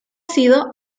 sido